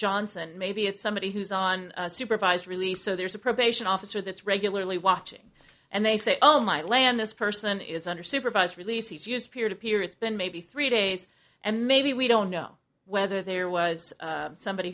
johnson maybe it's somebody who's on supervised release so there's a probation officer that's regularly watching and they say oh my land this person is under supervised release he's used peer to peer it's been maybe three days and maybe we don't know whether there was somebody